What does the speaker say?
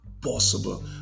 possible